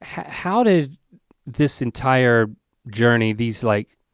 how did this entire journey these like,